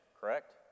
correct